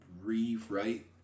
rewrite